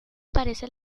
parece